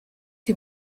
die